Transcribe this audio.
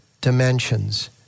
dimensions